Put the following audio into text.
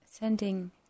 Sending